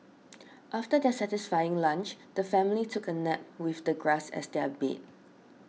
after their satisfying lunch the family took a nap with the grass as their bed